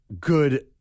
good